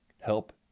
help